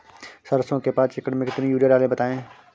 सरसो के पाँच एकड़ में कितनी यूरिया डालें बताएं?